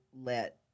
let